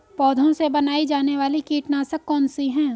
पौधों से बनाई जाने वाली कीटनाशक कौन सी है?